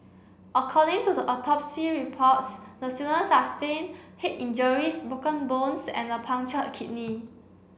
according to the autopsy reports the student sustained head injuries broken bones and a punctured kidney